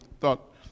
thought